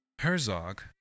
Herzog